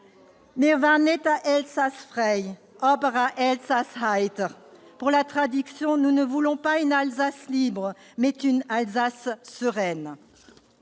«» Traduction :« Nous ne voulons pas une Alsace libre, mais une Alsace sereine.